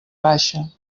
baixa